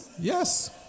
Yes